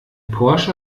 porsche